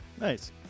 Nice